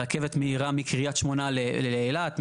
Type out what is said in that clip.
הרכבת המהירה מקריית שמונה לאילת,